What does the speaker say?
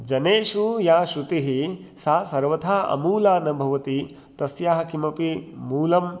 जनेषु या श्रुतिः सा सर्वथा अमूला न भवति तस्याः किमपि मूलम्